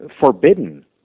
forbidden